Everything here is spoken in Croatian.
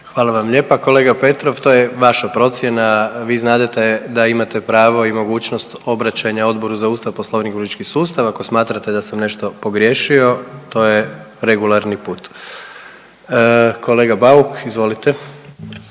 Hvala vam lijepa kolega Petrov. To je vaša procjena, vi znadete da imate pravo i mogućnost obraćanja Odboru za Ustav, Poslovnik i politički sustav ako smatrate da sam nešto pogriješio. To je regularni put. Kolega Bauk, izvolite.